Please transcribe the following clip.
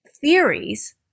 theories